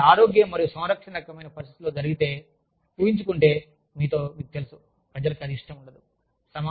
కానీ ఇది ఆరోగ్యం మరియు సంరక్షణ రకమైన పరిస్థితిలో జరుగుతుంటే ఊహించుకుంటే మీతో మీకు తెలుసు ప్రజలకు అది ఇష్టం ఉండదు